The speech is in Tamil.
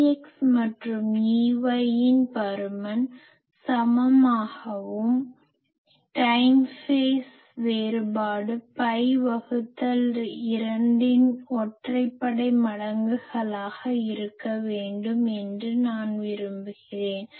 Ex மற்றும் Ey இன் பருமன் சமமாகவும் டைம் ஃபேஸ் நேர கட்ட வேறுபாடு பை வகுத்தல் 2 இன் ஒற்றைப்படை மடங்குகளாக இருக்க வேண்டும் என்று நான் விரும்புகிறேன்